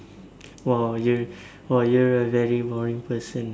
!wow! you !wow! you a very boring person